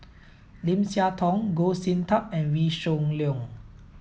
Lim Siah Tong Goh Sin Tub and Wee Shoo Leong